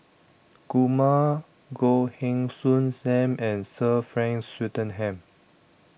Kumar Goh Heng Soon SAM and Sir Frank Swettenham